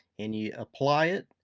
and you apply it,